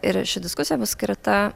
ir ši diskusija bus skirta